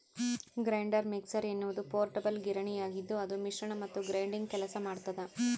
grinder mixer ಎನ್ನುವುದು ಪೋರ್ಟಬಲ್ ಗಿರಣಿಯಾಗಿದ್ದುಅದು ಮಿಶ್ರಣ ಮತ್ತು ಗ್ರೈಂಡಿಂಗ್ ಕೆಲಸ ಮಾಡ್ತದ